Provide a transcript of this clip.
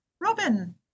Robin